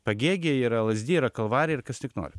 pagėgiai yra lazdijai yra kalvarija ir kas tik nori